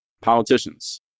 politicians